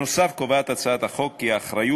נוסף על כך מוצע בהצעת החוק כי האחריות